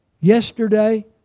yesterday